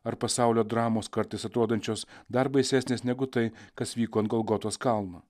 ar pasaulio dramos kartais atrodančios dar baisesnės negu tai kas vyko ant golgotos kalno